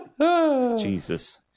Jesus